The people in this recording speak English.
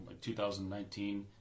2019